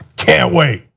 can't wait.